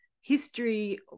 history